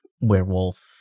werewolf